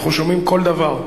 אנחנו שומעים כל דבר.